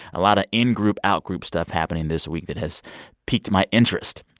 a lot of in-group, out-group stuff happening this week that has piqued my interest.